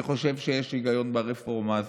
אני חושב שיש היגיון ברפורמה הזאת.